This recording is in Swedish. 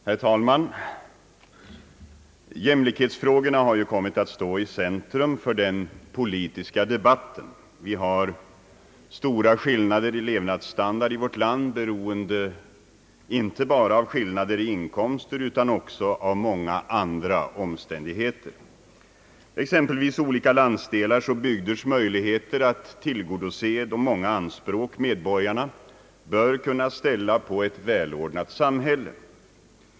Herr talman! Jämlikhetsfrågorna har ju kommit att stå i centrum för den politiska debatten. Vi har stora skillnader i levnadsstandard i vårt land, beroende inte bara på skillnader i inkomster utan också på många andra omständigheter, exempelvis olika landsdelars och bygders möjligheter att tillgodose de många anspråk medborgarna bör kunna ställa på ett välordnat samhälle.